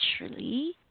naturally